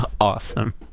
Awesome